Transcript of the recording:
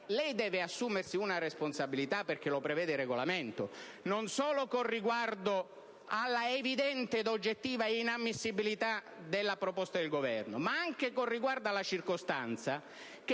lei deve assumersi una responsabilità, perché lo prevede il Regolamento, non solo con riguardo all'evidente ed oggettiva inammissibilità della proposta del Governo, ma anche con riferimento alla circostanza che,